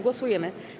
Głosujemy.